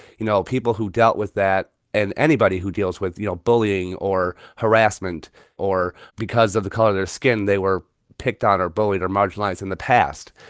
you know, people who dealt with that and anybody who deals with, you know, bullying or harassment or because of the color of their skin, they were picked on or bullied or marginalized in the past.